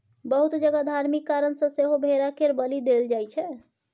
बहुत जगह धार्मिक कारण सँ सेहो भेड़ा केर बलि देल जाइ छै